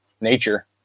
nature